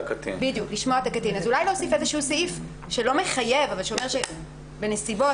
אז אולי להוסיף איזשהו סעיף שלא מחייב אבל שאומר בנסיבות מסוימות?